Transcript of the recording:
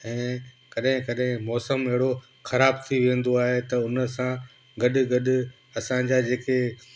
ऐं कॾहिं कॾहिं मौसम अहिड़ो ख़राब थी वेंदो आहे त उन सां गॾु गॾु असांजा जेके